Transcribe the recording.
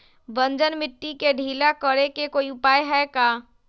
बंजर मिट्टी के ढीला करेके कोई उपाय है का?